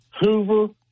Hoover